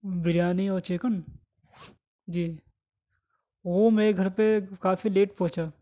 بریانی اور چکن جی وہ میرے گھر پہ کافی لیٹ پہنچا